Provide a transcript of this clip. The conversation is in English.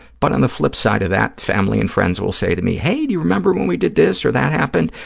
but on the flipside of that, family and friends will say to me, hey, do you remember when we did this or that happened?